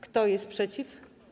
Kto jest przeciw?